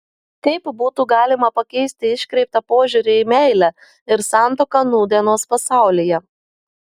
kaip būtų galima pakeisti iškreiptą požiūrį į meilę ir santuoką nūdienos pasaulyje